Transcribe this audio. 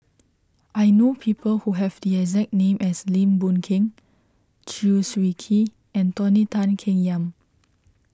I know people who have the exact name as Lim Boon Keng Chew Swee Kee and Tony Tan Keng Yam